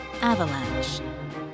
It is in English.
Avalanche